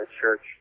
church